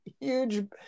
huge